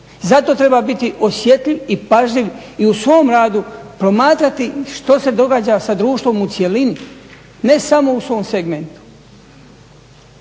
Zato treba biti osjetljiv i pažljiv i u svom radu promatrati što se događa sa društvom u cjelini ne samo u svom segmentu.